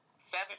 Seven